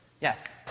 Yes